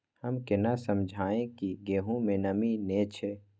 हम केना समझये की गेहूं में नमी ने छे?